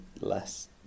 less